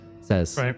Says